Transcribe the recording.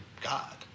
God